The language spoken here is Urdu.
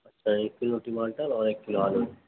اچھا ایک کلو ٹماٹر اور ایک کلو آلو